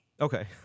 Okay